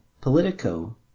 Politico